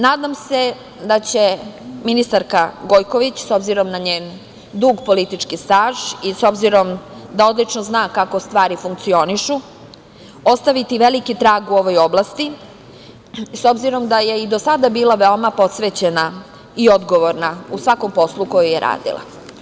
Nadam se da će ministarka Gojković, s obzirom na njen dug politički staž i s obzirom da odlično zna kako stvari funkcionišu, ostaviti veliki trag u ovoj oblasti, s obzirom da je i do sada bila veoma posvećena i odgovorna u svakom poslu koji je radila.